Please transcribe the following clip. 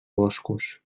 boscos